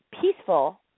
peaceful